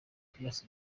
papias